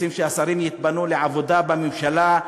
רוצים שהשרים יתפנו לעבודה בממשלה.